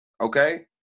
okay